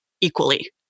equally